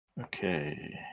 Okay